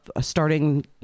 starting